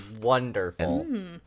Wonderful